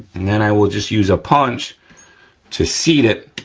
and then i will just use a punch to seat it,